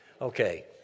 Okay